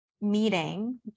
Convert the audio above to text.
meeting